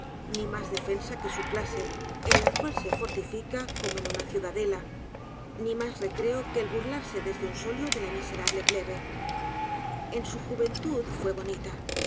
ni nías defensa que sil clase en lá cuál se fortifica com eh una ciu dádela ni mas recreo qué él burlarse desde s solio dé la miserable plebe en su juventud fue bonita